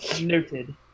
Noted